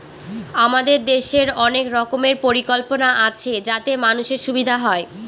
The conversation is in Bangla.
আমাদের দেশের অনেক রকমের পরিকল্পনা আছে যাতে মানুষের সুবিধা হয়